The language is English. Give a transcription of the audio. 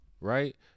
Right